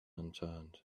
unturned